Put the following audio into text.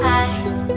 eyes